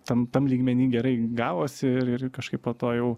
tam tam lygmeny gerai gavosi ir ir kažkaip po to jau